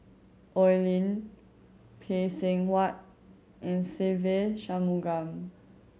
Oi Lin Phay Seng Whatt and Se Ve Shanmugam